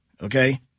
Okay